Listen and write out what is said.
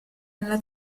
nella